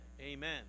Amen